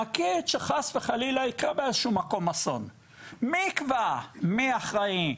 נגיד שחס וחלילה יקרה באיזה שהוא מקום אסון מי יקבע מי אחראי,